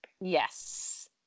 Yes